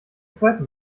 zweiten